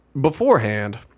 beforehand